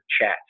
chat